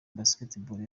basketball